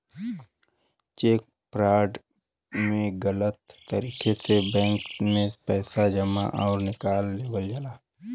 check fraud में गलत तरीके से बैंक में पैसा जमा आउर निकाल लेवल जाला